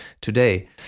today